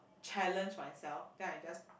challenge myself then I just